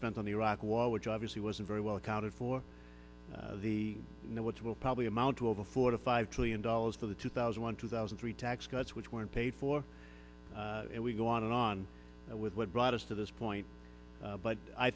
spent on the iraq war which obviously wasn't very well accounted for the notes will probably amount to of the four to five trillion dollars for the two thousand one two thousand three tax cuts which weren't paid for and we go on and on with what brought us to this point but i